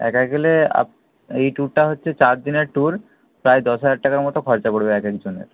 একা গেলে এই ট্যুরটা হচ্ছে চার দিনের ট্যুর প্রায় দশ হাজার টাকার মতো খরচা পড়বে একেকজনের